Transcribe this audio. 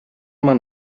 man